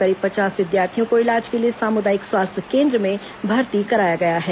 करीब पचास विद्यार्थियों को इलाज के लिए सामुदायिक स्वास्थ्य केन्द्र में भर्ती कराया गया है